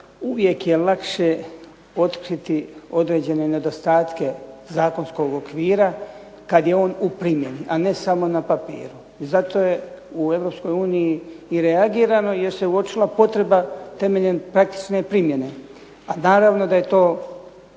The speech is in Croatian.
uvijek je lakše otkriti određene nedostatke zakonskog okvira kad je on u primjeni, a ne samo na papiru i zato je u Europskoj uniji i reagirano jer se uočila potreba temeljem praktične primjene. A naravno da je to